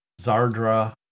Zardra